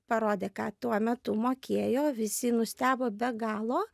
parodė ką tuo metu mokėjo visi nustebo be galo